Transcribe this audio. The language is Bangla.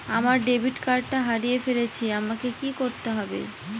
আমার ডেবিট কার্ডটা হারিয়ে ফেলেছি আমাকে কি করতে হবে?